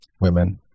women